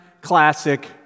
classic